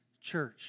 church